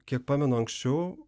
kiek pamenu anksčiau